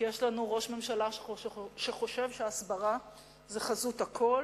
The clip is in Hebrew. כי יש לנו ראש ממשלה שחושב שהסברה היא חזות הכול,